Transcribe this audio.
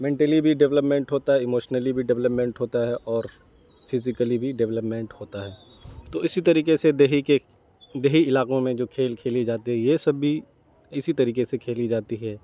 mentally بھی development ہوتا ہے اموشنلی بھی ڈیولپمنٹ ہوتا ہے اور فزیکلی بھی ڈیولپمنٹ ہوتا ہے تو اسی طریقے سے دیہی کے دیہی علاقوں میں جو کھیل کھیلی جاتی ہیں یہ سب بھی اسی طریقے سے کھیلی جاتی ہے